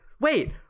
wait